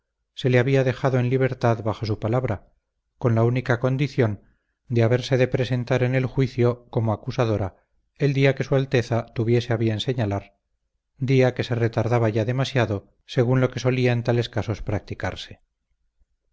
se le había dejado en libertad bajo su palabra con la única condición de haberse de presentar en el juicio como acusadora el día que su alteza tuviese a bien señalar día que se retardaba ya demasiado según lo que solía en tales casos practicarse